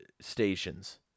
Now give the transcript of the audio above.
stations